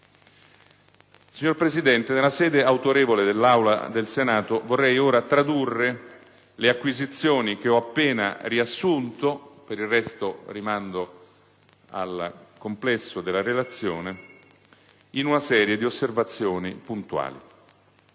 Signor Presidente, nella sede autorevole dell'Aula del Senato, vorrei ora tradurre le acquisizioni che ho appena riassunto (rimando per il resto al complesso della relazione) in una serie di osservazioni puntuali.